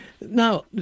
Now